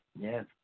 Yes